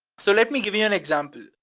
so let me give you an example.